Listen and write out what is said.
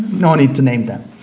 no need to name them.